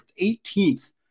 18th